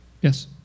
Yes